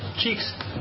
Cheeks